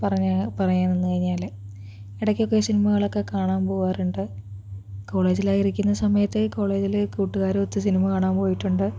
പറഞ്ഞാൽ പറയാൻ നിന്നു കഴിഞ്ഞാൽ ഇടക്കൊക്കെ സിനിമകളൊക്കെ കാണാൻ പോകാറുണ്ട് കോളേജിലായിരിക്കുന്ന സമയത്തേ കോളേജിലെ കൂട്ടുകാരുമൊത്ത് സിനിമ കാണാൻ പോയിട്ടുണ്ട്